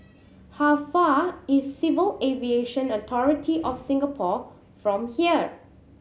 how far is Civil Aviation Authority of Singapore from here